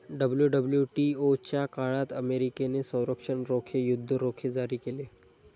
WWTO च्या काळात अमेरिकेने संरक्षण रोखे, युद्ध रोखे जारी केले